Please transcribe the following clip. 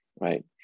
right